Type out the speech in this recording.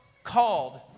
called